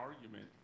argument